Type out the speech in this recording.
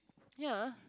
yeah